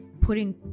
putting